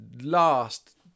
last